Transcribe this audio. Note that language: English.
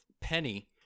Penny